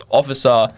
officer